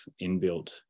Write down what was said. inbuilt